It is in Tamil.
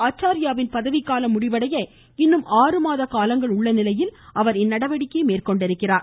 ஆச்சாரியாவின் பதவிகாலம் முடிவடைய இன்னும் ஆறு மாத காலங்கள் உள்ள நிலையில் அவர் இந்நடவடிக்கையை மேற்கொண்டுள்ளார்